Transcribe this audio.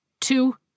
two